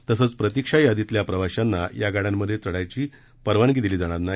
तसंच प्रतीक्षा यादीतल्या प्रवाशांना या गाड्यांमध्ये चढायची परवानगी दिली जाणार नाही